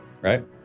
right